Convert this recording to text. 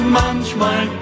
manchmal